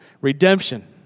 redemption